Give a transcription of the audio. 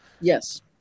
Yes